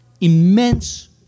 immense